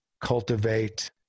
Cultivate